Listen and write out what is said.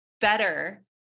better